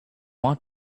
want